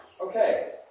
Okay